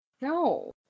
No